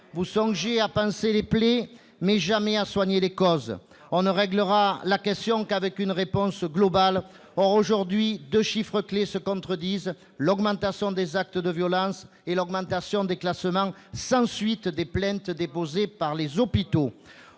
songe à panser les plaies, mais jamais à soigner les causes. On ne réglera la question qu'avec une réponse globale. Or, aujourd'hui, deux chiffres clefs se contredisent : l'augmentation des actes de violence et la hausse des classements sans suite des plaintes déposées par les hôpitaux.